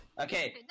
Okay